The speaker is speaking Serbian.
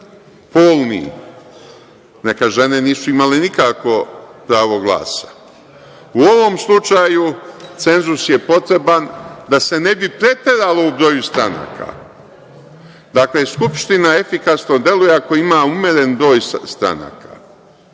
polni, nekad žene nisu imale nikakvo pravo glasa. U ovom slučaju cenzus je potreban da se ne bi preteralo u broju stranaka. Dakle, Skupština efikasno deluje ako ima umeren broj stranaka.